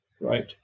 right